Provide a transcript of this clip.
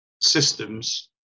systems